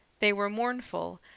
they were mournful,